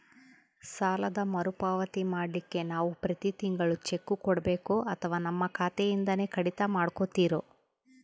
ಸಾಲದ ಮರುಪಾವತಿ ಮಾಡ್ಲಿಕ್ಕೆ ನಾವು ಪ್ರತಿ ತಿಂಗಳು ಚೆಕ್ಕು ಕೊಡಬೇಕೋ ಅಥವಾ ನಮ್ಮ ಖಾತೆಯಿಂದನೆ ಕಡಿತ ಮಾಡ್ಕೊತಿರೋ?